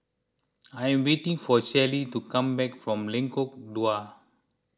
I am waiting for Shelley to come back from Lengkong Dua